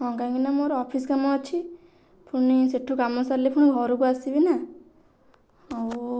ହଁ କାହିଁକିନା ମୋର ଅଫିସ୍ କାମ ଅଛି ପୁଣି ସେଠୁ କାମ ସାରିଲେ ପୁଣି ଘରକୁ ଆସିବିନା ଆଉ